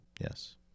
Yes